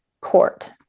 court